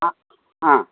ஆ ஆ